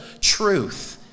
truth